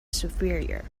superior